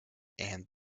and